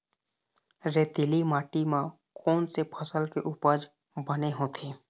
रेतीली माटी म कोन से फसल के उपज बने होथे?